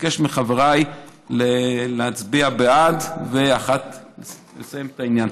אבקש מחבריי להצביע בעד ולסיים את העניין.